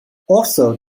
also